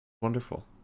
wonderful